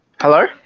Hello